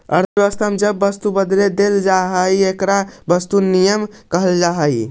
अर्थव्यवस्था में जब वस्तु के बदले वस्तु देल जाऽ हई तो एकरा वस्तु विनिमय कहल जा हई